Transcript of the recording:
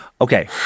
Okay